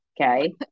okay